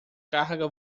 carga